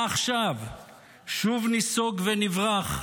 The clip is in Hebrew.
מה עכשיו שוב ניסוג ונברח?